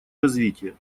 развитие